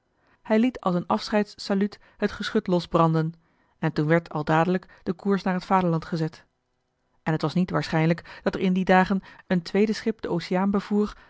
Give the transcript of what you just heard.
hij liet als een afscheidssaluut het geschut losbranden en toen werd al dadelijk de koers naar t vaderland gezet en het was niet waarschijnlijk dat er in die dagen een tweede schip den oceaan bevoer